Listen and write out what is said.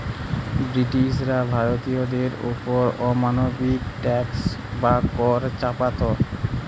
ব্রিটিশরা ভারতবাসীদের ওপর অমানবিক ট্যাক্স বা কর চাপাত